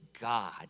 God